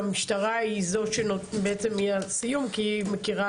והמשטרה היא זו בעצם בסיום כי היא מכירה